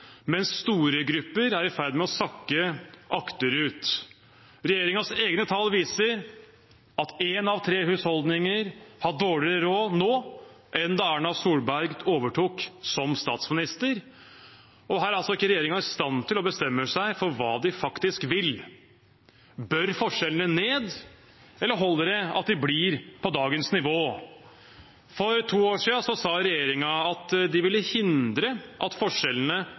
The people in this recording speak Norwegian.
mens store grupper er i ferd med å sakke akterut. Regjeringens egne tall viser at én av tre husholdninger har dårligere råd nå enn da Erna Solberg overtok som statsminister, og her er altså ikke regjeringen i stand til å bestemme seg for hva de faktisk vil. Bør forskjellene ned, eller holder det at de blir på dagens nivå? For to år siden sa regjeringen at de ville hindre at forskjellene